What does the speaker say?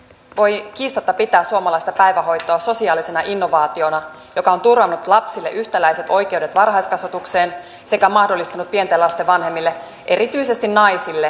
voi kiistatta pitää suomalaista päivähoitoa sosiaalisena innovaationa joka on turvannut lapsille yhtäläiset oikeudet varhaiskasvatukseen sekä mahdollistanut pienten lasten vanhemmille erityisesti naisille työssäkäynnin